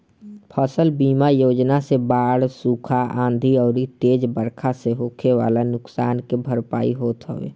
फसल बीमा योजना से बाढ़, सुखा, आंधी अउरी तेज बरखा से होखे वाला नुकसान के भरपाई होत हवे